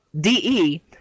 DE